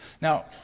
Now